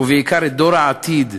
ובעיקר את דור העתיד,